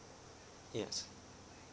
yes